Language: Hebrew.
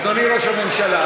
אדוני ראש הממשלה,